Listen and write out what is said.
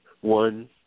One